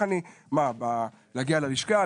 מה, להגיע ללשכה?